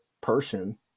person